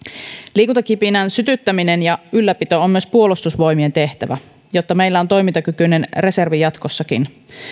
liikuntakipinän sytyttäminen ja ylläpito on myös puolustusvoimien tehtävä jotta meillä on toimintakykyinen reservi jatkossakin